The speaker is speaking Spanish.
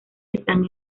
están